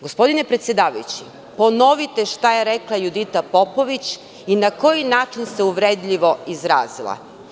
Gospodine predsedavajući, ponovite šta je rekla Judita Popović i na koji način se uvredljivo izrazila.